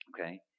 Okay